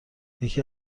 یکی